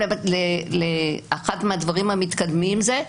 אחד מהדברים המתקדמים לגבי זה,